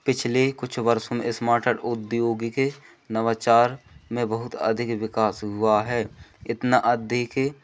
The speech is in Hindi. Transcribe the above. पिछले कुछ वर्षों में इस्मार्टर औद्योगिक के नवाचार में बहुत अधिक विकास हुआ है इतना अद्धीक